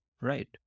Right